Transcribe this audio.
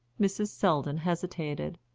mrs. selldon hesitated.